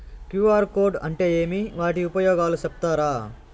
QR code అంటే ఏమి వాటి ఉపయోగాలు సెప్తారా?